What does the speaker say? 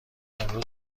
امروز